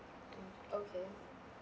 mm okay